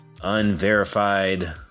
unverified